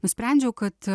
nusprendžiau kad